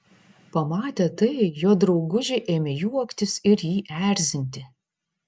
pamatę tai jo draugužiai ėmė juoktis ir jį erzinti